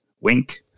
wink